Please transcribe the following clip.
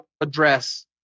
address